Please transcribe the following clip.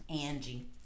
angie